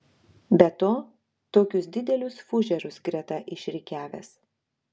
be to tokius didelius fužerus greta išrikiavęs